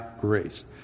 grace